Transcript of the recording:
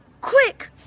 Quick